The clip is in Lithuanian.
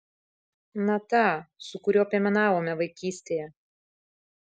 na tą su kuriuo piemenavome vaikystėje